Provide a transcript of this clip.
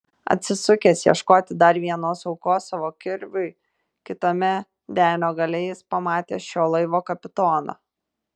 atsisukęs ieškoti dar vienos aukos savo kirviui kitame denio gale jis pamatė šio laivo kapitoną